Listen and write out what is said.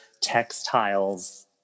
textiles